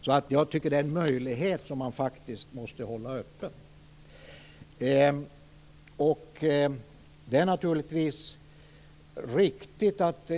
Jag tycker att det är en möjlighet som man faktiskt måste hålla öppen. Det är naturligtvis riktigt att